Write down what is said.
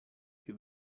più